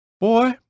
Boy